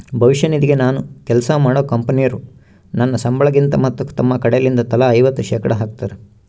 ಭವಿಷ್ಯ ನಿಧಿಗೆ ನಾನು ಕೆಲ್ಸ ಮಾಡೊ ಕಂಪನೊರು ನನ್ನ ಸಂಬಳಗಿಂದ ಮತ್ತು ತಮ್ಮ ಕಡೆಲಿಂದ ತಲಾ ಐವತ್ತು ಶೇಖಡಾ ಹಾಕ್ತಾರ